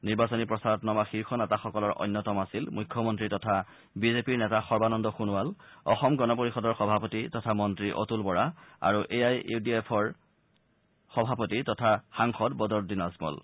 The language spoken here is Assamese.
নিৰ্বাচনী প্ৰচাৰত নমা শীৰ্ষ নেতাসকলৰ অন্যতম আছিল মখ্যমন্ত্ৰী তথা বিজেপিৰ নেতা সৰ্বানন্দ সোণোৱাল অসম গণ পৰিষদৰ সভাপতি তথা মন্ত্ৰী অতুল বৰা আৰু এ আই ইউ ডি এফৰ সভাপতি তথা সাংসদ বদৰুদ্দিন আজমল